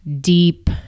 deep